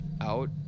out